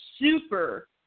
super